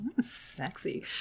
Sexy